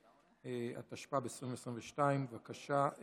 התשפ"ב 2022(. בבקשה,